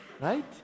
Right